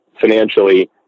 financially